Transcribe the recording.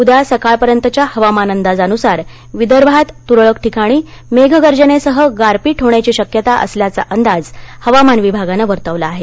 उद्या सकाळपर्यंतच्या हवामान अंदाजानुसार विदर्भात तुरळक ठिकाणी मेघगर्जनेसह गारपीट होण्याची शक्यता असल्याचा अंदाज हवामान विभागानं वर्तवला आहे